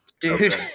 Dude